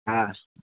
હા